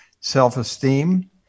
self-esteem